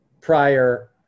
prior